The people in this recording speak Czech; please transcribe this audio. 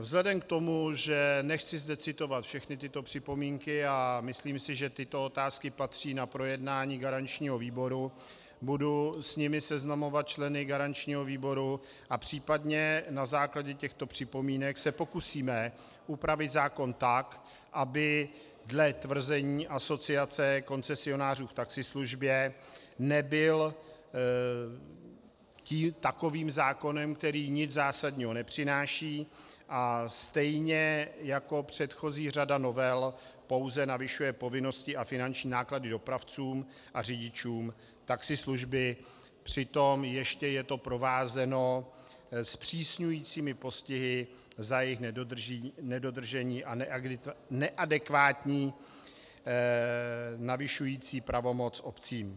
Vzhledem k tomu, že zde nechci citovat všechny tyto připomínky a myslím si, že tyto otázky patří na projednání garančního výboru, budu s nimi seznamovat členy garančního výboru a případně na základě těchto připomínek se pokusíme upravit zákon tak, aby dle tvrzení Asociace koncesionářů v taxislužbě nebyl takovým zákonem, který nic zásadního nepřináší a stejně jako předchozí řada novel pouze navyšuje povinnost a finanční náklady dopravcům a řidičům taxislužby, přitom je to ještě provázeno zpřísňujícími postihy za jejich nedodržení, a neadekvátně navyšující pravomoc obcím.